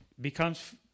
becomes